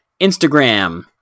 Instagram